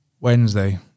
Wednesday